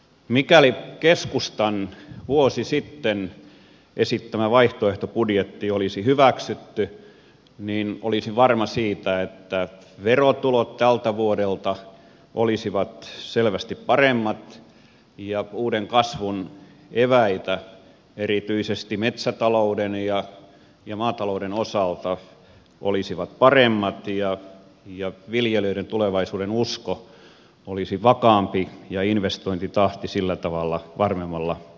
mikäli keskustan vuosi sitten esittämä vaihtoehtobudjetti olisi hyväksytty niin olisin varma siitä että verotulot tältä vuodelta olisivat selvästi paremmat ja uuden kasvun eväät erityisesti metsätalouden ja maatalouden osalta olisivat paremmat ja viljelijöiden tulevaisuudenusko olisi vakaampi ja investointitahti sillä tavalla varmemmalla pohjalla